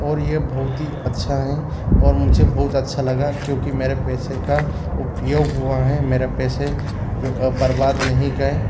और यह बहुत ही अच्छा है और मुझे बहुत अच्छा लगा क्योंकि मेरे पैसे का उपयोग हुआ है मेरा पैसे बरबाद नहीं गए